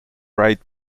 write